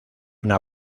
una